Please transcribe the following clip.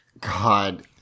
God